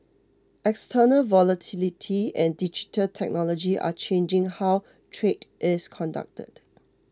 external volatility and digital technology are changing how trade is conducted